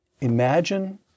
Imagine